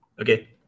Okay